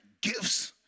gifts